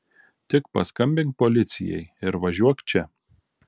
tik paskambink policijai ir važiuok čia